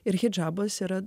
ir hidžabas yra